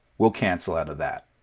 we'll cancel out of that.